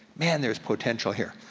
man there's potential here.